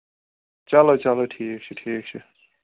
چلو چلو ٹھیٖک چھُ ٹھیٖک چھُ